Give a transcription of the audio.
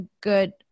good